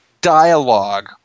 dialogue